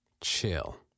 Chill